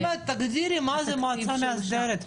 תגדירי מה זה מועצה מאסדרת.